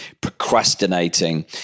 procrastinating